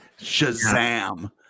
Shazam